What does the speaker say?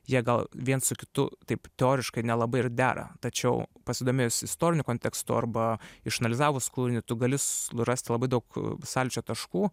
jie gal viens su kitu taip teoriškai nelabai ir dera tačiau pasidomėjus istoriniu kontekstu arba išanalizavus kūrinį tu gali surasti labai daug sąlyčio taškų